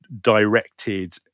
directed